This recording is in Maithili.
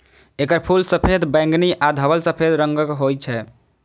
एकर फूल सफेद, बैंगनी आ धवल सफेद रंगक होइ छै